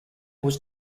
was